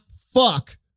fuck